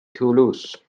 toulouse